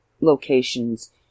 locations